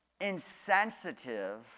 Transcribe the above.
insensitive